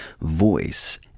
voice